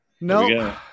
No